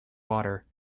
water